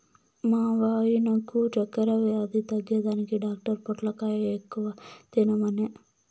మా వాయినకు చక్కెర వ్యాధి తగ్గేదానికి డాక్టర్ పొట్లకాయ ఎక్కువ తినమనె